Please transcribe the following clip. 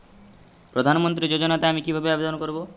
প্রধান মন্ত্রী যোজনাতে আমি কিভাবে আবেদন করবো?